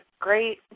great